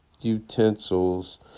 utensils